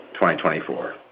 2024